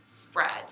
Spread